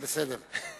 בסדר.